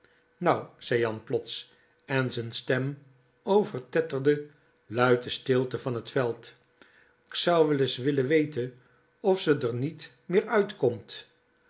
nou zei jan plots en z'n stem over tetterde luid de stilte van t veld k zou wel is wille wete of ze d'r niet meer uitkomt